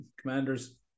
Commanders